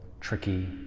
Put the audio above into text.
tricky